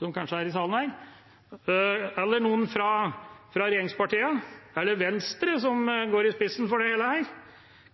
som kanskje er i salen – eller noen fra regjeringspartiene, eller Venstre, som går i spissen for det hele,